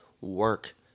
work